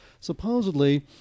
supposedly